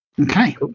Okay